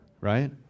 right